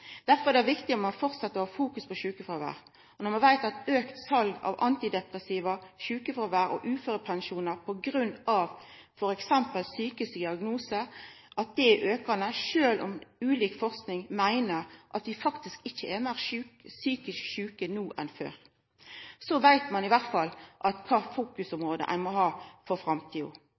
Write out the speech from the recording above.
Derfor er det viktig at ein fortset å ha fokus på sjukefråvær. Og når ein veit at salet av antidepressiva aukar og sjukefråvær og uførepensjonar på grunn av t.d. psykiske diagnosar aukar, sjølv om ulik forsking meiner at vi faktisk ikkje er meir psykisk sjuke no enn før, så veit ein iallfall kva for område ein må fokusera på i framtida.